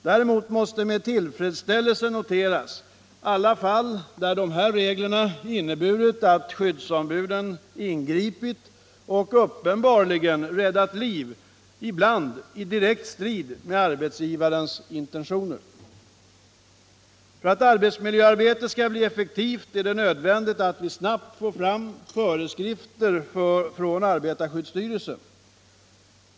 Däremot måste med tillfredställelse noteras alla fall där de här reglerna inneburit att skyddsombuden ingripit och uppenbarligen räddat liv, ibland i direkt strid med arbetsgivarens intentioner. För att arbetsmiljöarbetet skall bli effektivt är det nödvändigt att vi snabbt får fram föreskrifter från arbetarskyddsstyrelsen.